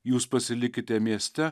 jūs pasilikite mieste